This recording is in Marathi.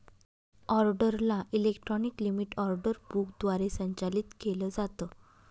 ऑर्डरला इलेक्ट्रॉनिक लिमीट ऑर्डर बुक द्वारे संचालित केलं जातं